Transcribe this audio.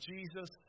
Jesus